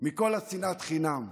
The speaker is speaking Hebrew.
מכל שנאת החינם.